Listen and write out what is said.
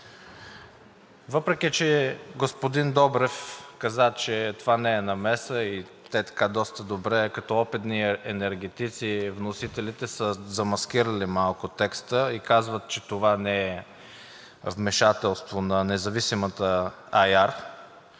Въпреки че господин Добрев каза, че това не е намеса и те доста добре, като опитни енергетици, вносителите са замаскирали малко текста и казват, че това не е вмешателство на независимата